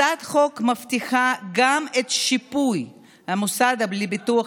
הצעת החוק מבטיחה גם את שיפוי המוסד לביטוח